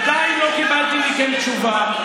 עדיין לא קיבלתי מכם תשובה,